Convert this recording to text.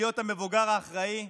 להיות המבוגר האחראי,